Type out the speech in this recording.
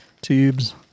Tubes